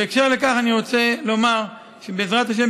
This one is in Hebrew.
בקשר לכך אני רוצה לומר שבעזרת השם,